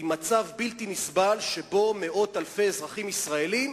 עם מצב בלתי נסבל שבו מאות אלפי אזרחים ישראלים